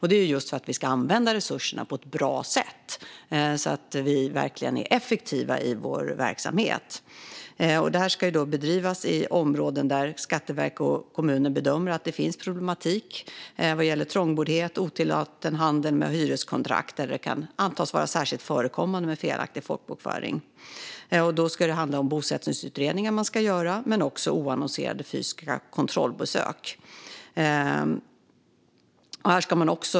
Detta görs just för att vi ska använda resurserna på ett bra sätt, så att vi verkligen är effektiva i vår verksamhet. Projekten ska bedrivas i områden där Skatteverket och kommuner bedömer att det finns problematik vad gäller trångboddhet eller otillåten handel med hyreskontrakt eller där det kan antas vara särskilt förekommande med felaktig folkbokföring. Man ska göra bosättningsutredningar men också oannonserade fysiska kontrollbesök.